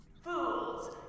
Fools